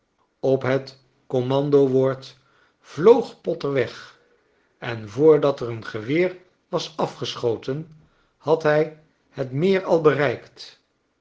op het commandowoord vloog botter weg en voordat er een geweer was afgeschoten had hij het meer al bereikt